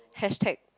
hashtag